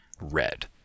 red